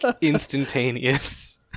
instantaneous